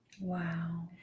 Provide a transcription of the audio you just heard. Wow